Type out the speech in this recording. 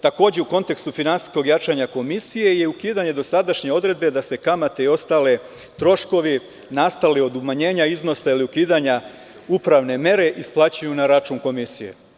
Takođe, u kontekstu finansijskog jačanja komisije i ukidanja sadašnje odredbe da se kamate i ostali troškovi nastali od umanjenja iznosa ili ukidanja upravne mere isplaćuju na račun komisije.